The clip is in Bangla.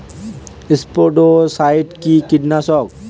স্পোডোসাইট কি কীটনাশক?